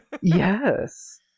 Yes